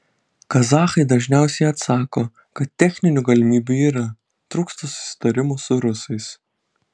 kazachai dažniausiai atsako kad techninių galimybių yra trūksta susitarimų su rusais